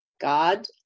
God